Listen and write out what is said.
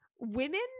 women